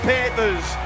Panthers